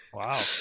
Wow